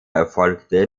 erfolgte